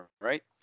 right